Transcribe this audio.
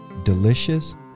delicious